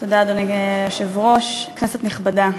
אדוני היושב-ראש, תודה, כנסת נכבדה,